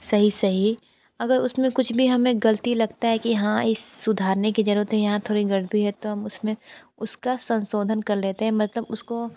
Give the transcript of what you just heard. सही सही अगर उस में कुछ भी हमें ग़लती लगती है कि हाँ इसे सुधारने की ज़रूरत है यहाँ थोड़ी गड़बड़ है तो हम उस में उसका संशोधन कर लेते हैं मतलब उसको